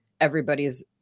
everybody's